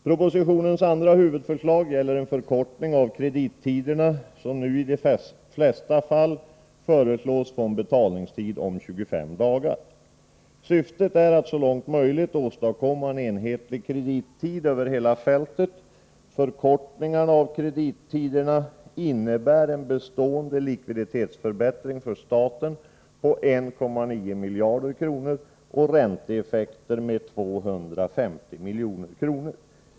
Propositionens andra huvudförslag gäller en förkortning av kredittiderna. I de flesta fall föreslås nu en betalningstid om 25 dagar. Syftet är att så långt möjligt åstadkomma en enhetlig kredittid över hela fältet. Förkortningen av kredittiderna innebär en bestående likviditetsförbättring för staten på 1,9 miljarder kronor och ränteeffekter med 250 milj.kr.